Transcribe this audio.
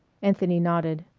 anthony nodded.